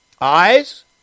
eyes